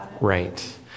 Right